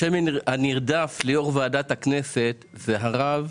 השם הנרדף ליו"ר ועדת הכספים זה הרב